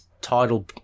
title